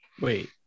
Wait